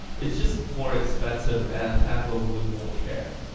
it's just more expensive and handled with more care.